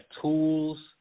tools